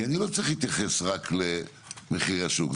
כי אני לא צריך להתייחס רק למחירי השוק,